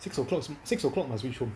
six o'clock must reach home